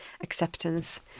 acceptance